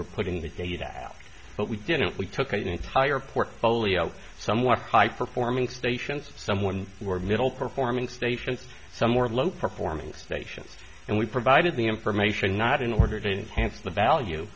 were putting the data out but we didn't we took an entire portfolio somewhat high performing stations someone were middle performing station some more low performing stations and we provided the information not in order to enhance the value